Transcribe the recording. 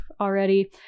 already